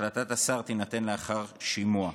החלטת השר תינתן לאחר שימוע.